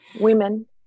Women